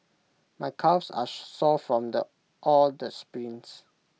my calves are sore from the all the sprints